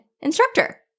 instructor